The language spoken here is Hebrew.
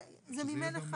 אז גם זה, זה ממילא חל.